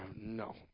No